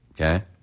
okay